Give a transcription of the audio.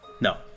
No